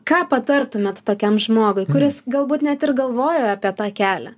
ką patartumėt tokiam žmogui kuris galbūt net ir galvojo apie tą kelią